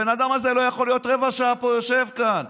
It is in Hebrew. הבן אדם הזה לא יכול רבע שעה פה, יושב כאן.